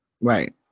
Right